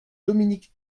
dominique